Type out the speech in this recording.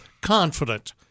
confident –